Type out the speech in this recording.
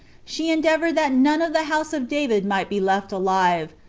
she endeavored that none of the house of david might be left alive,